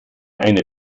eine